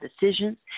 decisions